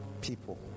people